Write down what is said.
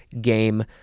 game